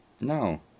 No